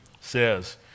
says